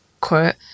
quote